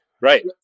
right